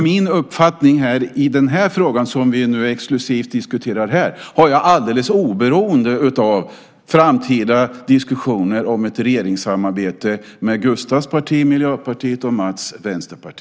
Min uppfattning i den fråga som vi exklusivt diskuterar här har jag oberoende av framtida diskussioner om ett regeringssamarbete med Gustavs parti, Miljöpartiet, och Mats vänsterparti.